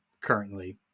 currently